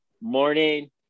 morning